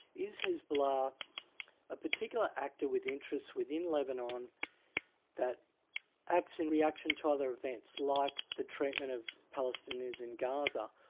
is hezbollah a particular actor with interests within lebanon that acts in reaction to other events, like the treatment of palestinians in gaza,